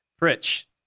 Rich